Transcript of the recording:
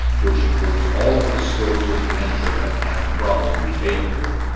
which includes all of the skills in the instrument and problem behavior